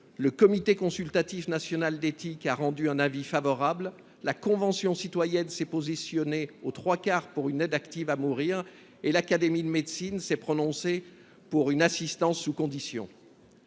Le Comité consultatif national d’éthique (CCNE) a rendu un avis favorable. La Convention citoyenne sur la fin de vie s’est positionnée aux trois quarts pour une aide active à mourir. L’Académie de médecine s’est prononcée pour une assistance sous conditions.